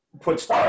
puts